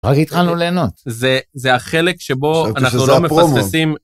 רק התחלנו ליהנות זה זה החלק שבו אנחנו לא מפספסים.